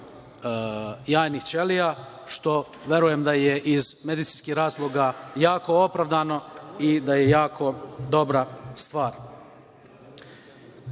jajnih ćelija, što verujem da je iz medicinskih razloga jako opravdano i da je jako dobra stvar. Imali